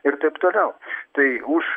ir taip toliau tai už